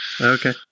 Okay